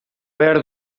behar